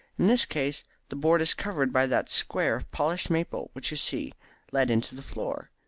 in this case the board is covered by that square of polished maple which you see let into the floor.